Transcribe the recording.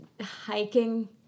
hiking